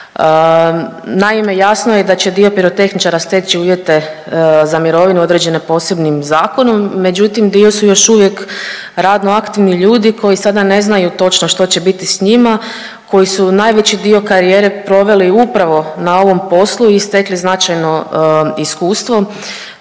Naime, jasno je da će dio pirotehničara steći uvjete za mirovinu određene posebnim zakonom, međutim dio su još uvijek radno aktivni ljudi koji sada ne znaju točno što će biti s njima, koji su najveći dio karijere proveli upravo na ovom poslu i stekli značajno iskustvo.